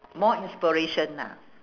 more inspiration ah